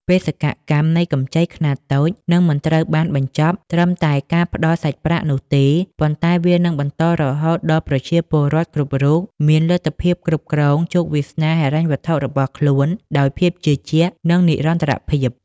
បេសកកម្មនៃកម្ចីខ្នាតតូចនឹងមិនត្រូវបានបញ្ចប់ត្រឹមតែការផ្ដល់សាច់ប្រាក់នោះទេ ប៉ុន្តែវានឹងបន្តរហូតដល់ប្រជាពលរដ្ឋគ្រប់រូបមានលទ្ធភាពគ្រប់គ្រងជោគវាសនាហិរញ្ញវត្ថុរបស់ខ្លួនដោយភាពជឿជាក់ និងនិរន្តរភាព។